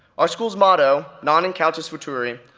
our school's motto, non incautus futuri,